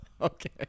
Okay